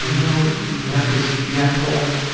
you know you've got this gentle,